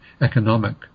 economic